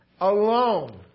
alone